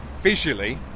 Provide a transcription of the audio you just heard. visually